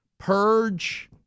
purge